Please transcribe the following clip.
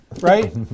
Right